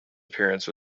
appearance